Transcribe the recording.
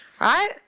right